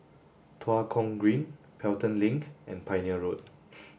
Tua Kong Green Pelton Link and Pioneer Road